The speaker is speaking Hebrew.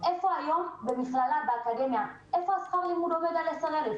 איפה יש היום מכללה באקדמיה ששכר הלימוד עומד על 10,000 שקלים.